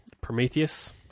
Prometheus